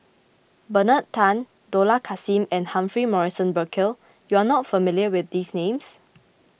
Bernard Tan Dollah Kassim and Humphrey Morrison Burkill you are not familiar with these names